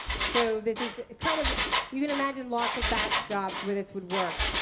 so this is kind of you can imagine lots of batch jobs where this would work.